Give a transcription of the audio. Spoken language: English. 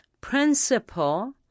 principle